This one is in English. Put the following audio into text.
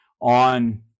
on